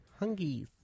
Hungies